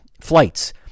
flights